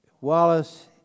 Wallace